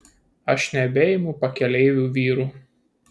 aš nebeimu pakeleivių vyrų